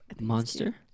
Monster